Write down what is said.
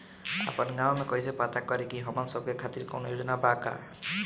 आपन गाँव म कइसे पता करि की हमन सब के खातिर कौनो योजना बा का?